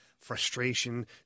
frustration